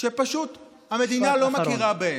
שפשוט המדינה לא מכירה בהם.